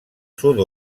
sud